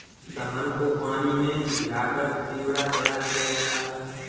धान को पानी में भिगाकर चिवड़ा तैयार किया जाता है